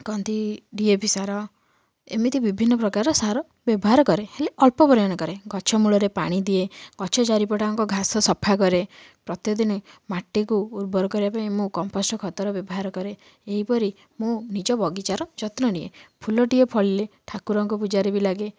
DAP ସାର ଏମିତି ବିଭିନ୍ନ ପ୍ରକାର ସାର ବ୍ୟବହାର କରେ ହେଲେ ଅଳ୍ପ ପରିମାଣରେ କରେ ଗଛ ମୂଳରେ ପାଣିଦିଏ ଗଛ ଚାରିପଟଯାକ ଘାସ ସଫା କରେ ପ୍ରତ୍ୟେକ ଦିନ ମାଟିକୁ ଉର୍ବର କରିବା ପାଇଁ ମୁଁ କମ୍ପୋଷ୍ଟ ଖତର ବ୍ୟବହାର କରେ ଏହିପରି ମୁଁ ନିଜ ବଗିଚାର ଯତ୍ନ ନିଏ ଫୁଲଟିଏ ଫଳିଲେ ଠାକୁରଙ୍କ ପୂଜାରେ ବି ଲାଗେ